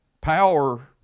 Power